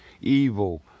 evil